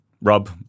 Rob